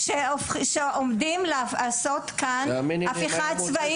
-- שעומדים לעשות כאן הפיכה צבאית.